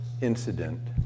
incident